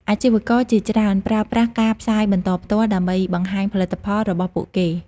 អាជីវករជាច្រើនប្រើប្រាស់ការផ្សាយបន្តផ្ទាល់ ដើម្បីបង្ហាញផលិតផលរបស់ពួកគេ។